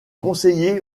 conseillers